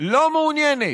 לא מעוניינת,